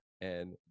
And-